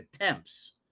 attempts